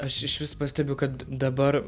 aš išvis pastebiu kad dabar